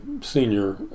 senior